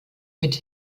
mit